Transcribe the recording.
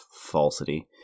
falsity